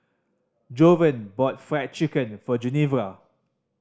Jovan bought Fried Chicken for Genevra